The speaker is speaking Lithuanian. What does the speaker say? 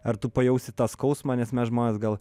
ar tu pajausi tą skausmą nes mes žmonės gal